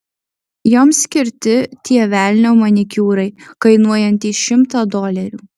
joms skirti tie velnio manikiūrai kainuojantys šimtą dolerių